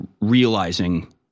realizing